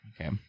Okay